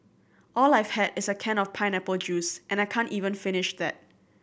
all I've had is a can of pineapple juice and I can't even finish that